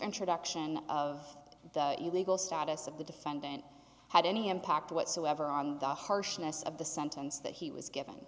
introduction of the legal status of the defendant had any impact whatsoever on the harshness of the sentence that he was given